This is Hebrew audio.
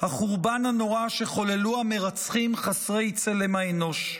החורבן הנורא שחוללו המרצחים חסרי צלם האנוש.